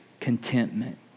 contentment